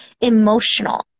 emotional